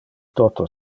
toto